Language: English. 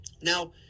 Now